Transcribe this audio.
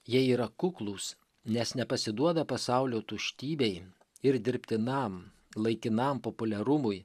jie yra kuklūs nes nepasiduoda pasaulio tuštybei ir dirbtinam laikinam populiarumui